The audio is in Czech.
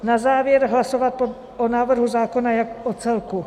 Na závěr hlasovat o návrhu zákona jako celku.